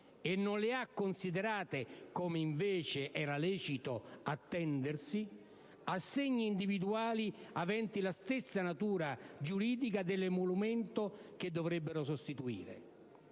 e non le ha considerate, come invece era lecito attendersi, assegni individuali aventi la stessa natura giuridica dell'emolumento che dovrebbero sostituire.